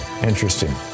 Interesting